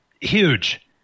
huge